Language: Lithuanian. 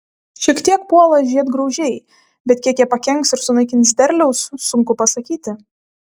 šiek tiek puola žiedgraužiai bet kiek jie pakenks ir sunaikins derliaus sunku pasakyti